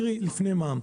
קרי, לפני מע"מ.